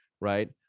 right